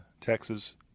Texas